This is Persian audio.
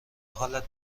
حال